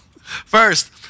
First